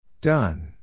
Done